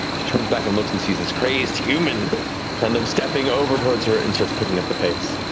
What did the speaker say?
she turns backs and looks and sees this crazed human kind of stepping over towards her and starts picking up the pace.